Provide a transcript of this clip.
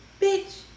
bitch